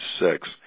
six